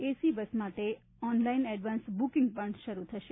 એસી bus માટે online advance booking પર શરૂ થશે